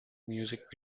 music